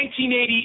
1980